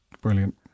Brilliant